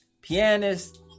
pianist